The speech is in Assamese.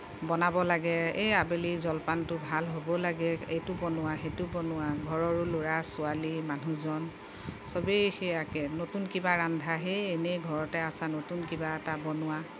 বনাব লাগে এই আবেলিৰ জলপানটো ভাল হ'ব লাগে এইটো বনোৱা সেইটো বনোৱা ঘৰৰো ল'ৰা ছোৱালী মানুহজন সবেই সেইয়াকে নতুন কিবা ৰান্ধাহে এনেই ঘৰতে আছা নতুন কিবা এটা বনোৱা